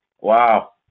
Wow